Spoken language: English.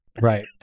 Right